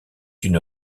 une